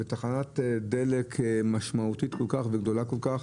בתחנת דלק משמעותית כל-כך וגדולה כל-כך.